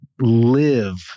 live